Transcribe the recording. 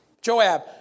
Joab